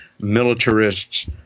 militarists